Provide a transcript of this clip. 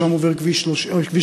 שם עובר כביש 40,